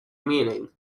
meaning